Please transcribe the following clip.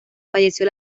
falleció